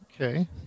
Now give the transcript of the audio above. Okay